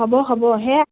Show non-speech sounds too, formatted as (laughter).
হ'ব হ'ব (unintelligible)